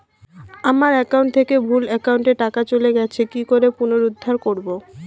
আমার একাউন্ট থেকে ভুল একাউন্টে টাকা চলে গেছে কি করে পুনরুদ্ধার করবো?